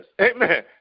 Amen